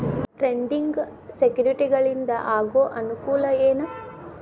trading ಸೆಕ್ಯುರಿಟಿಗಳಿಂದ ಆಗೋ ಅನುಕೂಲ ಏನ